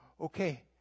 okay